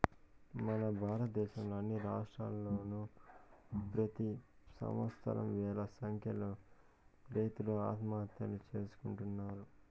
మన భారతదేశంలో అన్ని రాష్ట్రాల్లోనూ ప్రెతి సంవత్సరం వేల సంఖ్యలో రైతులు ఆత్మహత్యలు చేసుకుంటున్నారు